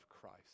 Christ